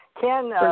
Ken